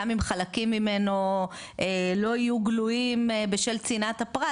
גם אם חלקים ממנו לא יהיו גלויים בשל צנעת הפרט,